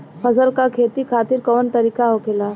फसल का खेती खातिर कवन तरीका होखेला?